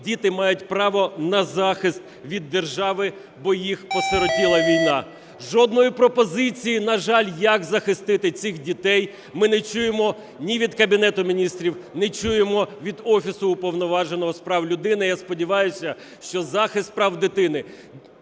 діти мають право на захист від держави, бо їх осиротила війна. Жодної пропозиції, на жаль, як захистити цих дітей, ми не чуємо ні від Кабінету Міністрів, не чуємо від Офісу Уповноваженого з прав людини. Я сподіваюся, що захист прав дитини,